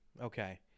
Okay